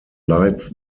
lights